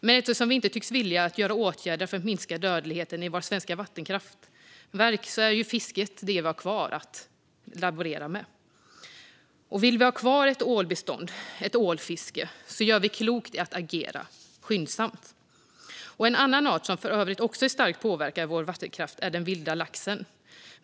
Men eftersom vi inte tycks villiga att vidta åtgärder för att minska dödligheten i våra svenska vattenkraftverk är fisket det vi har kvar att laborera med. Om vi vill vi ha kvar ett ålbestånd och ett ålfiske gör vi klokt i att agera skyndsamt. En annan art som för övrigt också är starkt påverkad av vår vattenkraft är den vilda laxen.